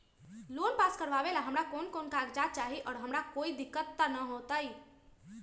Loan pass करवावे में हमरा कौन कौन कागजात चाही और हमरा कोई दिक्कत त ना होतई?